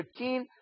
15